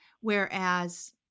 Whereas